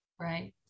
Right